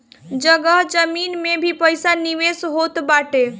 जगह जमीन में भी पईसा निवेश होत बाटे